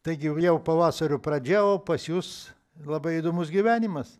taigi jau pavasario pradžia o pas jus labai įdomus gyvenimas